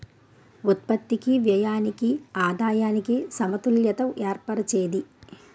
ఉత్పత్తికి వ్యయానికి ఆదాయానికి సమతుల్యత ఏర్పరిచేది